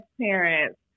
parents